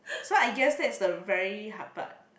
so I guess that's the very hard part